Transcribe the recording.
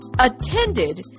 attended